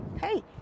Hey